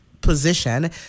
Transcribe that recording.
position